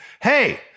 Hey